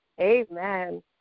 Amen